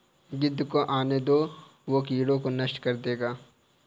गिद्ध को आने दो, वो कीड़ों को नष्ट कर देगा